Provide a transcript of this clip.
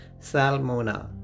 Salmona